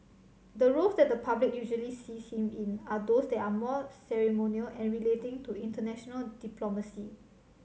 the roles that the public usually sees him in are those that are more ceremonial and relating to international diplomacy